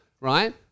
right